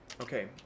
Okay